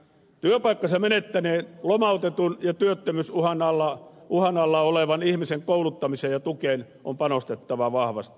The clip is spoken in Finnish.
työpaikkansa menettäneen lomautetun ja työttömyysuhan alla olevan ihmisen kouluttamiseen ja tukeen on panostettava vahvasti